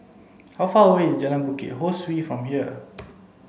how far away is Jalan Bukit Ho Swee from here